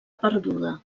perduda